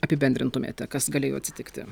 apibendrintumėte kas galėjo atsitikti